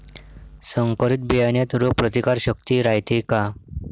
संकरित बियान्यात रोग प्रतिकारशक्ती रायते का?